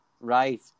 right